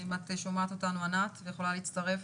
אם את שומעת אותנו, ענת, ויכולה להצטרף?